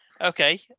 Okay